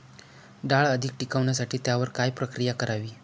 डाळ अधिक टिकवण्यासाठी त्यावर काय प्रक्रिया करावी?